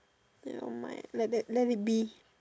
nevermind let that let it be